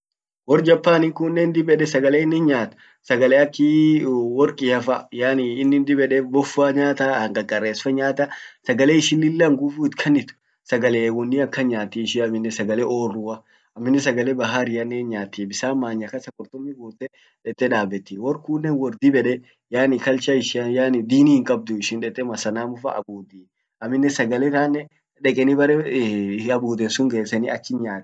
Wor Japanin kunnen dib ede sagale innin nyaat, sagale akii workiafa, yaani innin dib ede boffa nyaata, hanqarqaress fa nyaata. Sagale ishin lilla nguvu itkannit sagale wonnia akan nyaati ishin amminen sagale orrua akan nyaati, amminen sagale baharianen hin nyaati bisan maanya kasa gurte dete dabeti. wor kunnen wor dib ede yaani culture ishian yaani dini hinkabdu dete masanamufa abudi. amminen sagale tannen dekeni bare hiabuden sun geseni achi nyaati dib ete.